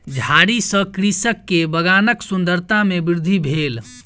झाड़ी सॅ कृषक के बगानक सुंदरता में वृद्धि भेल